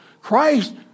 Christ